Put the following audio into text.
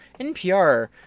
NPR